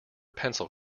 pencil